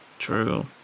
True